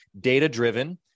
data-driven